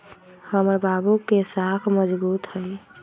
हमर बाबू के साख मजगुत हइ